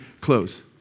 close